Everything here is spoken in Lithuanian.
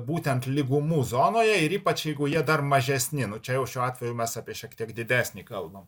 būtent lygumų zonoj ir ypač jeigu jie dar mažesni nu čia jau šiuo atveju mes apie šiek tiek didesnį kalbam